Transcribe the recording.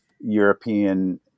European